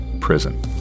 prison